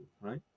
right